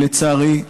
לצערי,